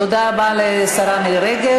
תודה רבה לשרה מירי רגב.